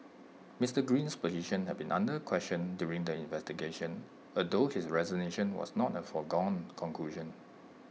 Mister Green's position had been under question during the investigation although his resignation was not A foregone conclusion